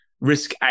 risk